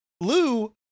Lou